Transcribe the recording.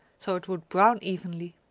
so it would brown evenly.